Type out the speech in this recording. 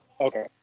Okay